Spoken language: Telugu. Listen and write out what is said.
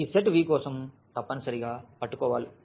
ఈ సెట్ V కోసం తప్పనిసరిగా పట్టుకోవాలి